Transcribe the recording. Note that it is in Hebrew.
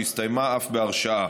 שהסתיימה אף בהרשעה.